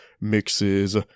mixes